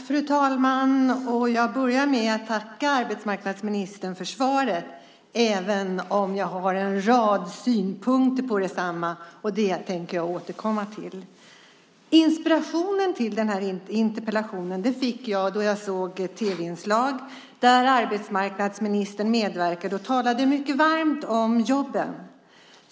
Fru talman! Jag vill börja med att tacka arbetsmarknadsministern för svaret, även om jag har en rad synpunkter på det. Dem tänker jag återkomma till. Inspirationen till interpellationen fick jag då jag såg ett tv-inslag där arbetsmarknadsministern medverkade och talade mycket varmt om jobben.